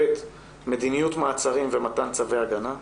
דבר נוסף מדיניות מעצרים ומתן צווי הגנה,